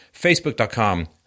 facebook.com